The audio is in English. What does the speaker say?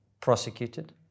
prosecuted